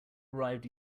arrived